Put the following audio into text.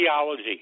ideology